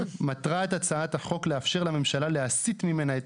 מטרת הצעת החוק לאפשר לממשלה להסיט ממנה את